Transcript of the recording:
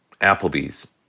Applebee's